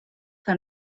que